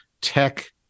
tech